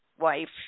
wife